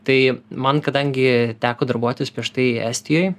tai man kadangi teko darbuotis prieš tai estijoj